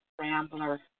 Rambler